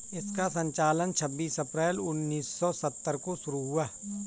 इसका संचालन छब्बीस अप्रैल उन्नीस सौ सत्तर को शुरू हुआ